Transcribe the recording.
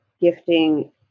gifting